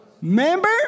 Member